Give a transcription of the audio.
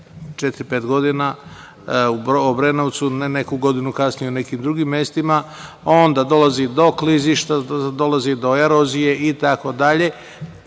pet godina u Obrenovcu i neku godinu kasnije na nekim drugim mestima, onda dolazi do klizišta, dolazi do erozije itd.